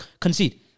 concede